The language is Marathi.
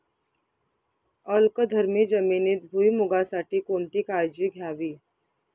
अल्कधर्मी जमिनीत भुईमूगासाठी कोणती काळजी घ्यावी?